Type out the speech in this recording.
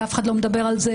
ואף אחד לא מדבר על זה,